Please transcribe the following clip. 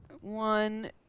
one